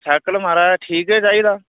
cycle महाराज ठीक गै चाहिदा